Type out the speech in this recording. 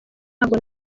ntabwo